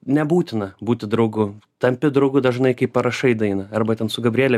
nebūtina būti draugu tampi draugu dažnai kai parašai dainą arba ten su gabriele